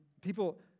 People